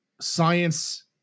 science